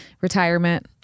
retirement